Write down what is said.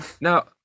Now